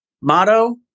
Motto